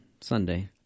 Sunday